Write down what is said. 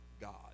God